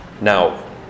Now